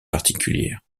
particulières